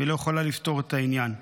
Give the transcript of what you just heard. והיא לא יכולה לפתור את העניין.